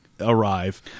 arrive